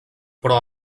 però